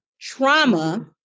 trauma